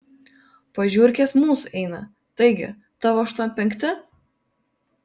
po žiurkės mūsų eina taigi tavo aštuom penkti